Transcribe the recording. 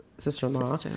sister-in-law